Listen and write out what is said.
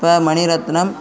இப்போ மணிரத்னம்